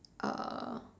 uh